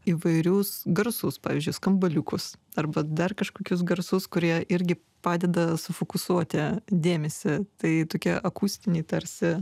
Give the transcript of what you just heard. įvairius garsus pavyzdžiui skambaliukus arba dar kažkokius garsus kurie irgi padeda sufokusuoti dėmesį tai tokie akustiniai tarsi